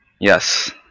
Yes